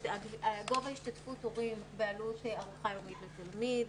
גובה השתתפות הורים היא בעלות של ארוחה יומית לתלמיד,